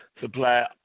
supply